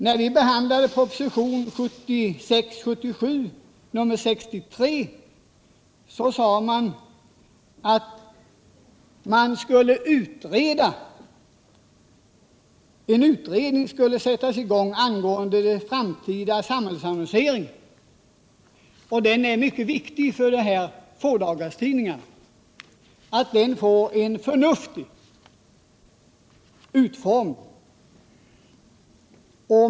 När vi behandlade propositionen 1976/77:63 sades det att en utredning skulle göras av den framtida samhällsannonseringen. Det är mycket viktigt för fådagarstidningarna att den undersökningen får en förnuftig utformning.